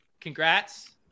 Congrats